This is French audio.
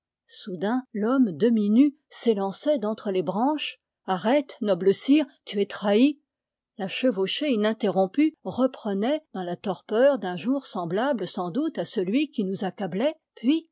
soudain l'homme demi-nu s'élançait d'entre les branches arrête noble sire tu es trahi la chevauchée interrompue reprenait dans la torpeur d'un jour semblable sans doute à celui qui nous accablait puis